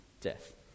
death